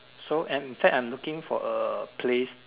so am in fact I'm looking for a place